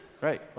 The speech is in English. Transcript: right